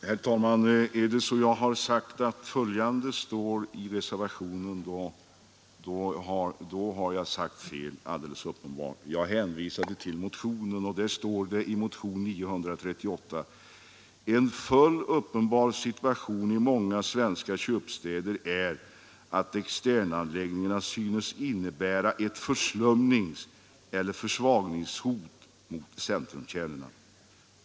Herr talman! Är det så att jag har sagt att följande står i reservationen, har jag alldeles uppenbart sagt fel. Jag avsåg motionen 938, där det bl.a. står: ”En fullt uppenbar situation i många svenska köpstäder är att externanläggningarna synes innebära ett förslumningseller försvagningshot mot centrumkärnorna.